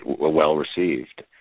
well-received